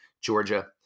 Georgia